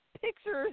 pictures